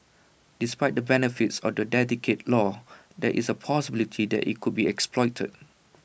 despite the benefits of A dedicated law there is A possibility that IT could be exploited